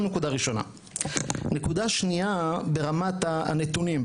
נקודה שנייה ברמת הנתונים.